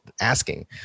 asking